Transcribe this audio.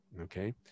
Okay